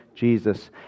Jesus